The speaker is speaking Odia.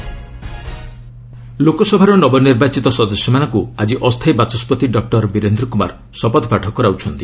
ଲୋକସଭା ଓଥ୍ ଲୋକସଭାର ନବନିର୍ବାଚିତ ସଦସ୍ୟମାନଙ୍କୁ ଆଜି ଅସ୍ଥାୟୀ ବାଚସ୍କତି ଡକ୍କର ବିରେନ୍ଦ୍ର କୂମାର ଶପଥପାଠ କରାଉଛନ୍ତି